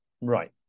Right